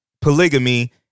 polygamy